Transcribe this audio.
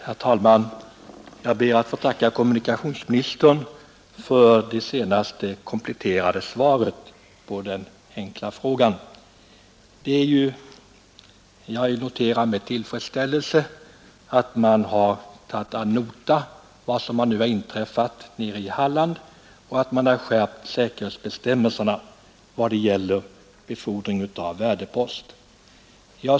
Herr talman! Jag ber att få tacka kommunikationsministern för det senaste kompletterande svaret på min fråga. Jag noterar med tillfredsställelse, att man har tagit ad notam vad som inträffat i Halland och att man skärpt säkerhetsbestämmelserna vad gäller befordran av värdepost.